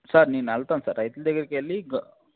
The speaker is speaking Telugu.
సార్ నేను వెళతాను సార్ రైతుల దగ్గరికి వెళ్ళి